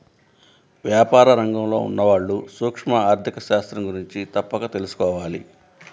వ్యాపార రంగంలో ఉన్నవాళ్ళు సూక్ష్మ ఆర్ధిక శాస్త్రం గురించి తప్పక తెలుసుకోవాలి